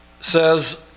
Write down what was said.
says